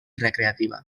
recreativa